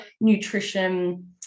nutrition